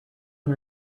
one